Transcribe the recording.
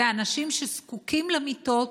והאנשים שזקוקים למיטות,